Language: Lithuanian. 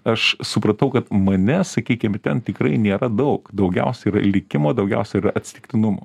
aš supratau kad mane sakykim ir ten tikrai nėra daug daugiausia yra likimo daugiausia atsitiktinumų